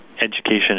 Education